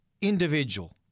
individual